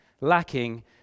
lacking